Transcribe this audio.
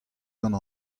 gant